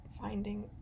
finding